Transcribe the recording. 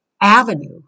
avenue